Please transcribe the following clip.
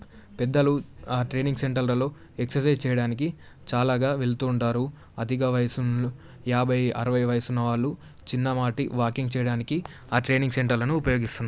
పెద్దలు ఆ ట్రైనింగ్ సెంటర్లలో ఎక్ససైజ్ చేయడానికి చాలాగా వెళ్తూ ఉంటారు అధిక వయసు యాభై అరవై వయసున్నవాళ్ళు చిన్నపాటి వాకింగ్ చేయడానికి ఆ ట్రైనింగ్ సెంటర్లను ఉపయోగిస్తున్నారు